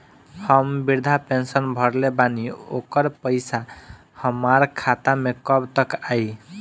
हम विर्धा पैंसैन भरले बानी ओकर पईसा हमार खाता मे कब तक आई?